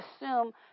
assume